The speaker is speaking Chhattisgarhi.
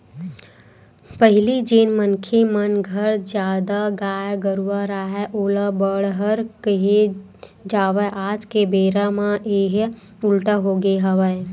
पहिली जेन मनखे मन घर जादा गाय गरूवा राहय ओला बड़हर केहे जावय आज के बेरा म येहा उल्टा होगे हवय